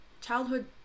childhood